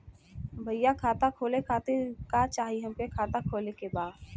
भईया खाता खोले खातिर का चाही हमके खाता खोले के बा?